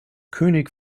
könig